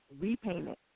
repayment